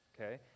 okay